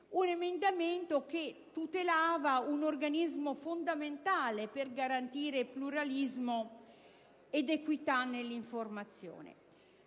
un emendamento che tutelava un organismo che è fondamentale per garantire pluralismo ed equità nell'informazione.